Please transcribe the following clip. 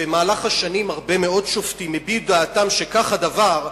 במהלך השנים הרבה מאוד שופטים הביעו דעתם שכך הדבר,